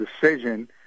decision